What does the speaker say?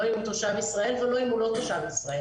לא אם הוא תושב ישראל ולא אם הוא לא תושב ישראל.